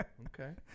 Okay